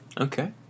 Okay